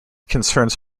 concerns